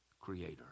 creator